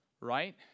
right